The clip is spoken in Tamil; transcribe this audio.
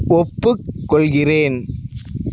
ஒப்புக்கொள்கிறேன்